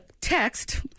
text